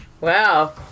Wow